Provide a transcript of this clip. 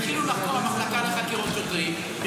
המחלקה לחקירות שוטרים התחילה לחקור.